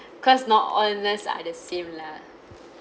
cause not all nurse are the same lah